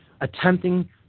attempting